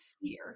fear